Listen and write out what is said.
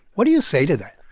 what do you say to that?